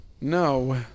No